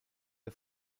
der